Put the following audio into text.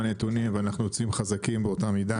הנתונים ואנחנו יוצאים חזקים באותה מידה,